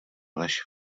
lež